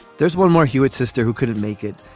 there's one more hewitt sister who couldn't make it,